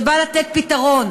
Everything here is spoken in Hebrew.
שבא לתת פתרון